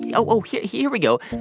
yeah oh, oh, here here we go.